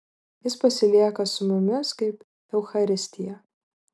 jis pasilieka su mumis kaip eucharistija